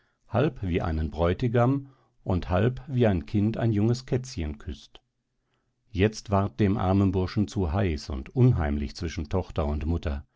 halb wie einen bräutigam und halb wie ein kind ein junges kätzchen küßt jetzt ward dem armen burschen zu heiß und unheimlich zwischen tochter und mutter